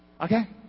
Okay